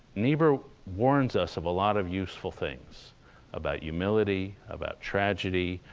niebuhr warns us of a lot of useful things about humility, about tragedy,